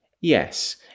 Yes